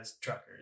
truckers